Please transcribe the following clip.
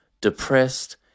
depressed